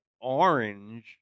orange